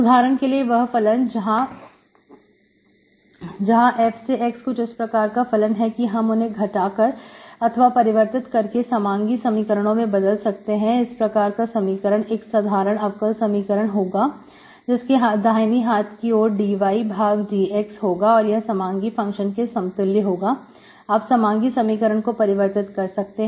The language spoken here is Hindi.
उदाहरण के लिए वह फलन जहां f से x कुछ इस प्रकार का फलन है कि हम उन्हें घटाकर अथवा परिवर्तित करके समांगी समीकरणों में बदल सकते हैं इस प्रकार का समीकरण एक साधारण अवकल समीकरण होगा जिसके दाहिने हाथ की ओर dy भाग dx होगा और यह समांगी फंक्शन के समतुल्य होगा आप समांगी समीकरण को परिवर्तित कर सकते हैं